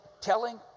telling